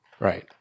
Right